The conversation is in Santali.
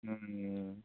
ᱦᱩᱸᱻ